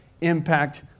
impact